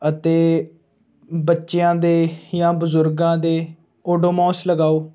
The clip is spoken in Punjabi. ਅਤੇ ਬੱਚਿਆਂ ਦੇ ਜਾਂ ਬਜ਼ੁਰਗਾਂ ਦੇ ਓਡੋਮੋਂਸ ਲਗਾਓ